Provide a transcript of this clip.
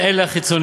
והן אלה החיצוניים,